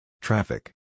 Traffic